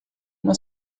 uma